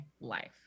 life